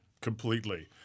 Completely